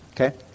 Okay